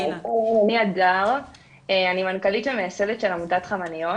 אני מנכ"לית ומייסדת של עמותת חמניות.